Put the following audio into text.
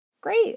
Great